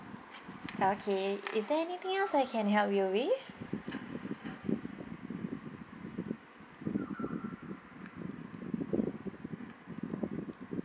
okay is there anything else I can help you with